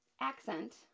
accent